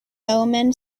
thomen